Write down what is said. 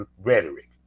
rhetoric